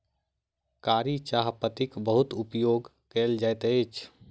कारी चाह पत्तीक बहुत उपयोग कयल जाइत अछि